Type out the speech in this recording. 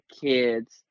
kids